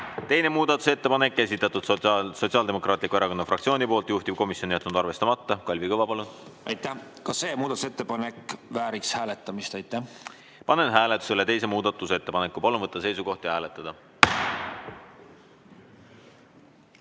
Teine muudatusettepanek, esitanud Sotsiaaldemokraatliku Erakonna fraktsioon, juhtivkomisjon on jätnud arvestamata. Kalvi Kõva, palun! Aitäh! Ka see muudatusettepanek vääriks hääletamist. Panen hääletusele teise muudatusettepaneku. Palun võtta seisukoht ja hääletada!